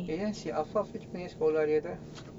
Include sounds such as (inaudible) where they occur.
eh then si affaf macam mana sekolah dia tu (noise)